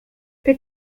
per